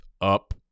up